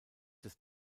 des